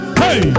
hey